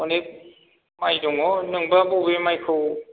अनेक माइ दङ' नोंबा बबे माइखौ